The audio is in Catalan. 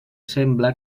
sembla